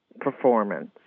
performance